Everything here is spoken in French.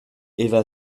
eva